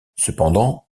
cependant